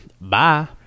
Bye